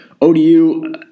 ODU